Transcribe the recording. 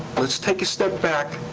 let's take a step back,